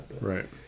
Right